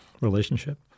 relationship